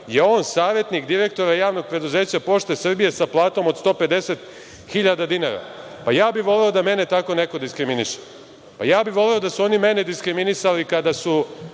on savetnik direktora Javnog preduzeća Pošte Srbije sa platom od 150.000 dinara. Ja bih voleo da mene tako neko diskriminiše. Voleo bih da su oni mene diskriminisali kada su